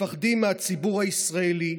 מפחדים מהציבור הישראלי.